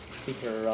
speaker